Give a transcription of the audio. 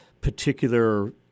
particular